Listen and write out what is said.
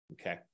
okay